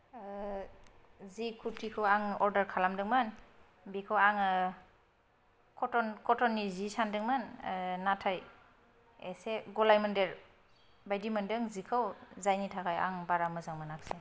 जि कुर्तिखौ आं अर्दार खालामदोंमोन बेखौ आङो कटन कटन नि जि सानदोंमोन नाथाय एसे गलायमोन्देर बायदि मोनदों जिखौ जायनि थाखाय आं बारा मोजां मोनाखिसै